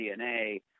DNA